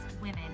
women